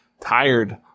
Tired